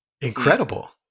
Incredible